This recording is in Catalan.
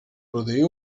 produir